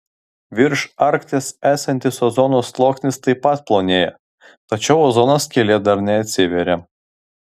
virš arkties esantis ozono sluoksnis taip pat plonėja tačiau ozono skylė dar neatsivėrė